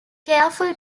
careful